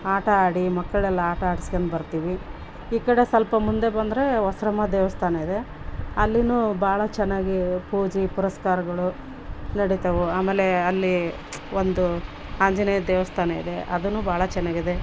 ಆಟ ಆಡಿ ಮಕ್ಕಳೆಲ್ಲ ಆಟ ಆಡ್ಸ್ಕಂದ್ ಬರ್ತೀವಿ ಈ ಕಡೆ ಸ್ವಲ್ಪ ಮುಂದೆ ಬಂದರೆ ಹೊಸ್ರಮ್ಮ ದೇವಸ್ಥಾನ ಇದೆ ಅಲ್ಲಿನೂ ಭಾಳ ಚೆನ್ನಾಗಿ ಪೂಜೆ ಪುರಸ್ಕಾರಗಳು ನಡಿತಾವು ಆಮೇಲೆ ಅಲ್ಲಿ ಒಂದು ಆಂಜನೇಯ ದೇವಸ್ಥಾನ ಇದೆ ಅದೂನು ಭಾಳ ಚೆನ್ನಾಗಿದೆ